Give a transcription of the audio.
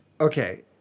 Okay